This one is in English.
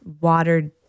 watered